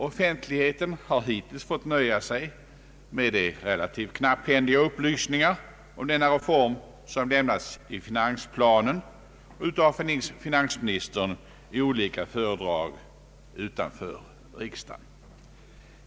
Offentligheten har hittills fått nöja sig med de relativt knapphändiga upplysningar om denna reform som lämnats i finansplanen och av finansministern i olika föredrag utanför riksdagen.